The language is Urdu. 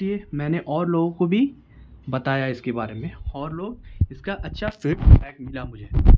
اس لیے میں نے اور لوگوں کو بھی بتایا اس کے بارے میں اور لوگ اس کا اچھا سوئفٹ پیک ملا مجھے